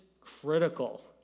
critical